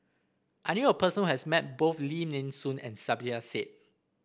I knew a person who has met both Lim Nee Soon and Saiedah Said